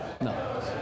No